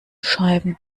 scheiben